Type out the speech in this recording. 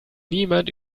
niemand